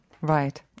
right